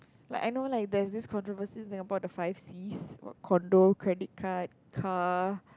like I know like there's this controversy in Singapore the five Cs what Condo Credit Card Car